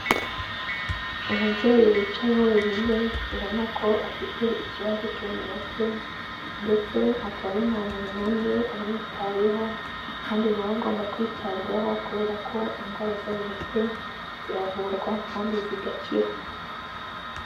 Umubyeyi wicaye wenyine ubona ko afite ikibazo cyo mu mutwe ndetse akaba ari nta muntu n'umwe umwitayeho kandi na we agomba kwitabwaho kubera ko indwara zo mu mutwe ziravurwa kandi zigakira.